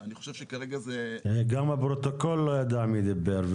אני חושב שכרגע --- גם הפרוטוקול לא יודע מי דיבר.